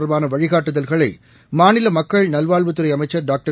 தொடர்பான வழிகாட்டுதல்களை மாநில மக்கள் நல்வாழ்வுத்துறை அமைச்சர் டாக்டர்